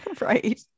right